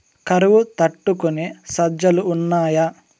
కరువు తట్టుకునే సజ్జలు ఉన్నాయా